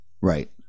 Right